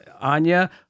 Anya